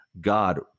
god